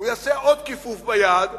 הוא יעשה עוד כיפוף ביד,